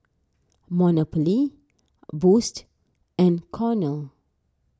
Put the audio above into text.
Monopoly Boost and Cornell